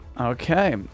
okay